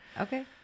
Okay